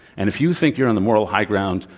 and if you think you're on the moral high ground,